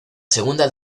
segunda